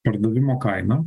pardavimo kainą